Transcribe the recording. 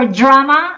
drama